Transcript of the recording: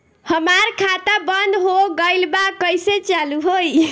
हमार खाता बंद हो गइल बा कइसे चालू होई?